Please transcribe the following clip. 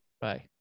Bye